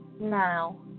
now